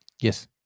Yes